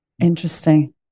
Interesting